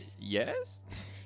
Yes